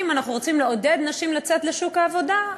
אם אנחנו רוצים לעודד נשים לצאת לשוק העבודה,